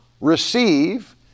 receive